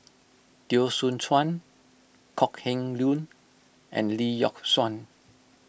Teo Soon Chuan Kok Heng Leun and Lee Yock Suan